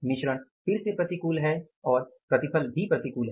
मिश्रण फिर से प्रतिकूल है और प्रतिफल भी प्रतिकूल है